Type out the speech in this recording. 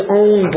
own